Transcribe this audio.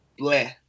bleh